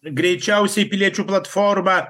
greičiausiai piliečių platforma